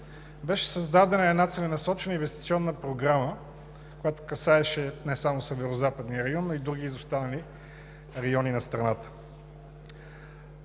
беше създадена една целенасочена инвестиционна програма, касаеща не само Северозападния район, но и други изостанали райони на страната.